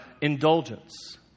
indulgence